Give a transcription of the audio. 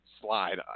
slide